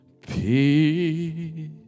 peace